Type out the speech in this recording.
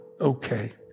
okay